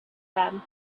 them